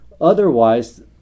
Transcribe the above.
Otherwise